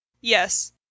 yes